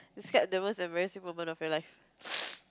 set the most embarrassing moment of your life